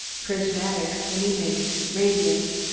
prismatic, gleaming, radiant.